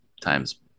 times